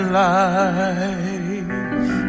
life